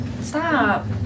Stop